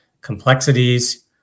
complexities